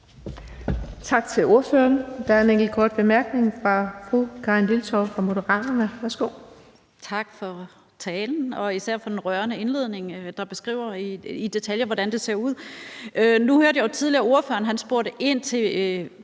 Tak til ordføreren. Der er en enkelt kort bemærkning fra fru Karin Liltorp fra Moderaterne. Værsgo. Kl. 18:57 Karin Liltorp (M): Tak for talen og især for den rørende indledning, der i detaljer beskriver, hvordan det ser ud. Nu hørte jeg jo tidligere, at ordføreren spurgte ind til